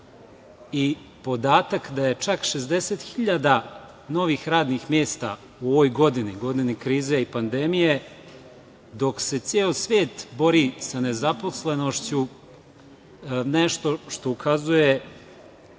i podatak da je čak 60 hiljada novih radnih mesta u ovoj godini, godini krize i pandemije dok se ceo svet bori sa nezaposlenošću nešto što ukazuje